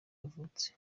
yavutse